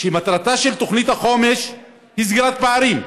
מטרתה של תוכנית החומש היא סגירת פערים.